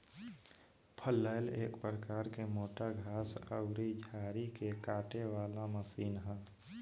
फलैल एक प्रकार के मोटा घास अउरी झाड़ी के काटे वाला मशीन ह